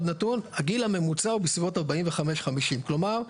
הגיל הממוצע הוא בסביבות 45 50. כלומר,